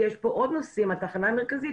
יש פה עוד נושאים בתחנה המרכזית,